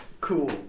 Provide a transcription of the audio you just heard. cool